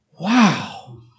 Wow